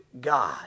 God